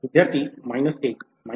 विद्यार्थी 1